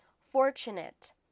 Fortunate